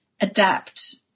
adapt